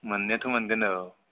मोननायाथ' मोनगोन औ